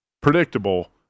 predictable